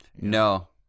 no